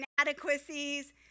inadequacies